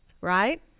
right